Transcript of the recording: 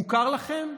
מוכר לכם?